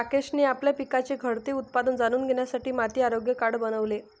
राकेशने आपल्या पिकाचे घटते उत्पादन जाणून घेण्यासाठी माती आरोग्य कार्ड बनवले